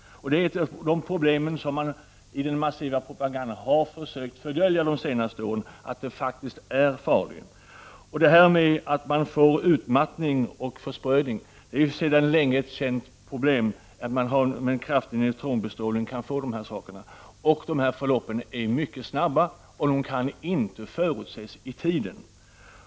Det är ett av de problem som man i den massiva propagandan har försökt fördölja de senaste åren, att den faktiskt är farlig. Att man får utmattning och försprödning är ett sedan länge känt problem vid kraftig neutronbestrålning. De här förloppen är mycket snabba och kan inte förutses i tiden.